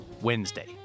Wednesday